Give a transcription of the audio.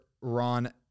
Ron